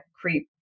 creep